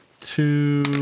two